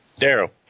Daryl